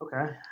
okay